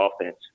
offense